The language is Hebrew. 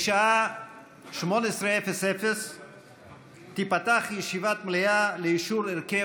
בשעה 18:00 תיפתח ישיבת מליאה לאישור הרכב